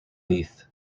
leith